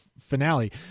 finale